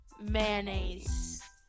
mayonnaise